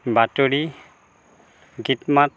বাতৰি গীত মাত